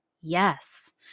yes